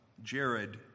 jared